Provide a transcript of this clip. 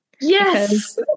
Yes